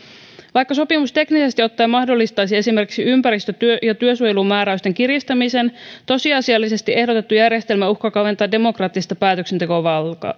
vaikka sopimus teknisesti ottaen mahdollistaisi esimerkiksi ympäristö ja työsuojelumääräysten kiristämisen tosiasiallisesti ehdotettu järjestelmä uhkaa kaventaa demokraattista päätöksentekovaltaa